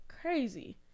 crazy